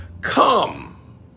come